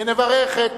נברך,